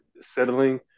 settling